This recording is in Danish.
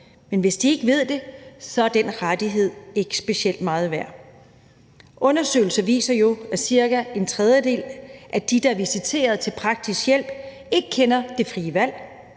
men hvis de ikke ved det, er den rettighed ikke specielt meget værd. Undersøgelser viser jo, at cirka en tredjedel af dem, der er visiteret til praktisk hjælp, ikke kender det frie valg,